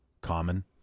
common